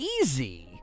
easy